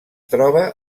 troba